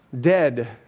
dead